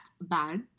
bad